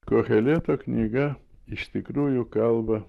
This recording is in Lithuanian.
koheleto knyga iš tikrųjų kalba